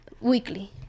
weekly